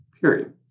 period